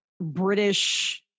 British